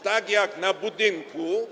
Tak jak na budynku.